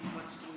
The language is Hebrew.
והיו התבצרויות.